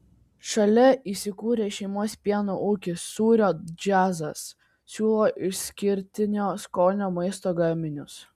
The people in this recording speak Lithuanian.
šalia įsikūrę šeimos pieno ūkis sūrio džiazas siūlo išskirtinio skonio maisto gaminius